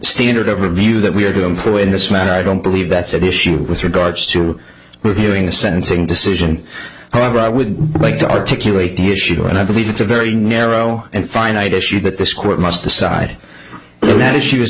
standard of review that we are to employ in this matter i don't believe that's an issue with regards to reviewing a sentencing decision but i would like to articulate the issue and i believe it's a very narrow and finite issue that this court must decide that is she